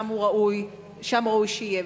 שם ראוי שהוא יהיה.